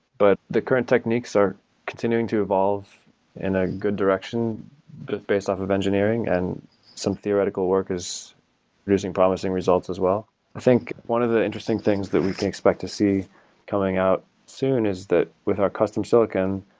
but the current techniques are continuing to evolve in a good direction based off of engineering and some theoretical work is using promising results as well. i think one of the interesting things that we can expect to see coming out soon is that with our custom silicon,